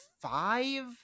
five